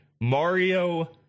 Mario